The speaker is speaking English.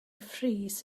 freeze